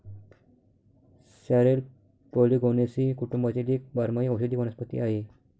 sorrel Polygonaceae कुटुंबातील एक बारमाही औषधी वनस्पती आहे